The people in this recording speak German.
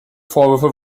vorwürfe